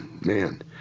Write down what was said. man